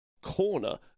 corner